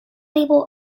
label